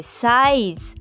size